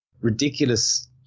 ridiculous